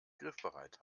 griffbereit